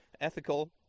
ethical